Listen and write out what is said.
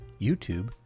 YouTube